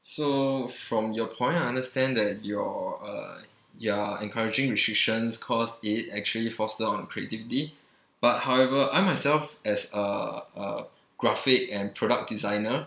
so from your point I understand that you're uh you're encouraging restrictions cause it actually foster on creativity but however I myself as a uh graphic and product designer